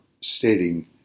stating